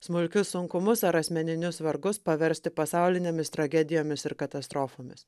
smulkius sunkumus ar asmeninius vargus paversti pasaulinėmis tragedijomis ir katastrofomis